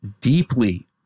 deeply